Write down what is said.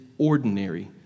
ordinary